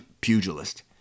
pugilist